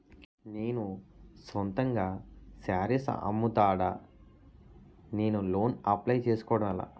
నేను సొంతంగా శారీస్ అమ్ముతాడ, నేను లోన్ అప్లయ్ చేసుకోవడం ఎలా?